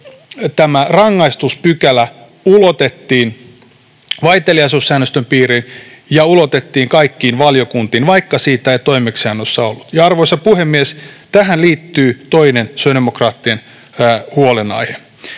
tämä rangaistuspykälä ulotettiin vaiteliaisuussäännöstön piiriin ja ulotettiin kaikkiin valiokuntiin, vaikka sitä ei toimeksiannossa ollut. Arvoisa puhemies! Tähän liittyy toinen sosiaalidemokraattien huolenaihe,